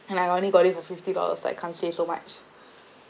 and I only got it for fifty dollars so I can't say so much